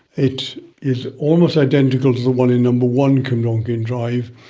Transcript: it is almost identical to the one in number one cwmdonkin drive.